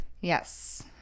Yes